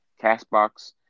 CastBox